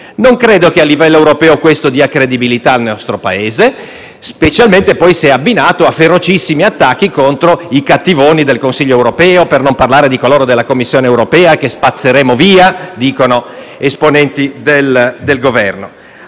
non credo che a livello europeo questo dia credibilità al nostro Paese, specialmente poi se abbinato a ferocissimi attacchi contro i cattivoni del Consiglio europeo, per non parlare dei componenti della Commissione europea, che - a detta di esponenti del Governo